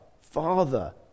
Father